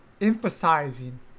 emphasizing